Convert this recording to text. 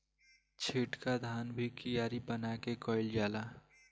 छिटका धान भी कियारी बना के कईल जाला